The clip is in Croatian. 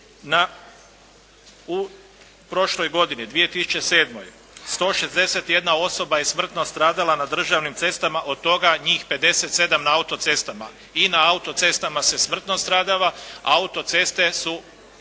U prošloj godini 2007. 161 osoba je smrtno stradala na državnim cestama, od toga njih 57 na autocestama i na autocestama se smrtno stradava. Autoceste su